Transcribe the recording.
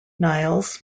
niles